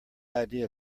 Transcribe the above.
idea